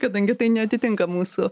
kadangi tai neatitinka mūsų